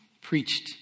preached